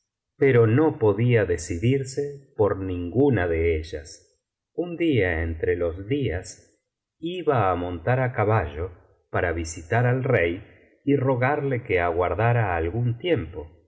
pero no podía decidirse por ninguna de ellas un día entre los días iba á montar á caballo para visitar al rey y rogarle que aguardara algún tiempo